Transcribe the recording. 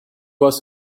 was